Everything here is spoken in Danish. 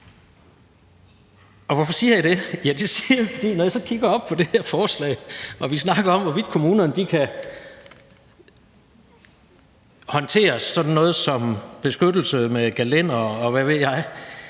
hvorfor siger jeg det? Ja, det siger jeg, fordi når jeg kigger på det her forslag og vi snakker om, hvorvidt kommunerne kan håndtere sådan noget som beskyttelse med gelændere, og hvad ved jeg,